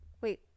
wait